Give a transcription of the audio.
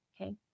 Okay